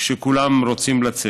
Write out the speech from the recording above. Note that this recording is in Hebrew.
כשכולם רוצים לצאת.